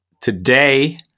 today